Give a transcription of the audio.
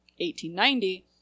1890